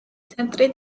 ცენტრი